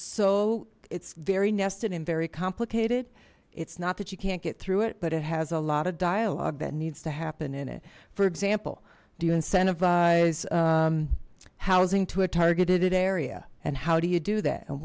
so it's very nested and very complicated it's not that you can't get through it but it has a lot of dialogue that needs to happen in it for example do you incentivize housing to a targeted area and how do you do that and